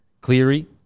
Cleary